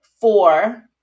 four